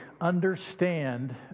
understand